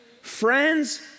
Friends